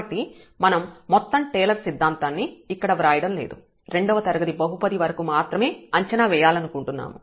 కాబట్టి మనం మొత్తం టేలర్ సిద్ధాంతాన్ని ఇక్కడ వ్రాయడం లేదు రెండవ తరగతి బహుపది వరకు మాత్రమే అంచనా వేయాలనుకుంటున్నాము